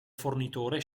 fornitore